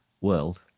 world